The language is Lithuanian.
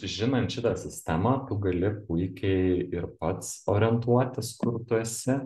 žinant šitą sistemą tu gali puikiai ir pats orientuotis kur tu esi